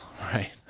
right